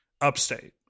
Upstate